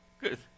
good